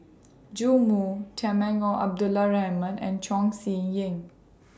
Joash Moo Temenggong Abdul Rahman and Chong Siew Ying